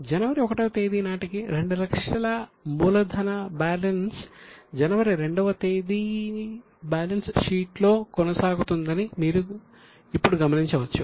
జనవరి 1 వ తేదీ నాటికి 200000 మూలధన బ్యాలెన్స్ జనవరి 2 వ తేదీ బ్యాలెన్స్ షీట్లో కొనసాగుతుందని మీరు ఇప్పుడు గమనించవచ్చు